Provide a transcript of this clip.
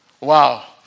Wow